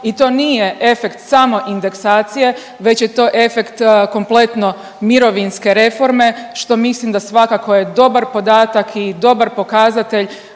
i to nije efekt samo indeksacije već je to efekt kompletno mirovinske reforme što mislim da svakako je dobar podatak i dobar pokazatelj